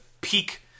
peak